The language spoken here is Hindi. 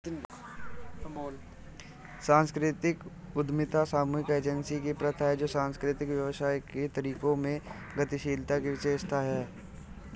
सांस्कृतिक उद्यमिता सामूहिक एजेंसी की प्रथा है जो सांस्कृतिक व्यवसायों के तरीकों में गतिशीलता की विशेषता है